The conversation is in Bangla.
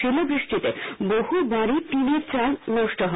শিলাবৃষ্টিতে বহু বাড়ির টিনের চাল নষ্ট হয়